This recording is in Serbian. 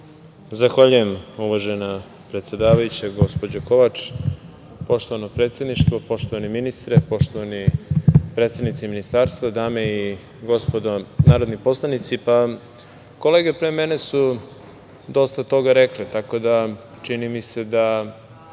Zahvaljujem, uvažena predsedavajuća, gospođo Kovač, poštovano predsedništvo, poštovani ministre, poštovani predstavnici ministarstva, dame i gospodo narodni poslanici. Pa, kolege pre mene su dosta toga rekle, tako da, čini mi se je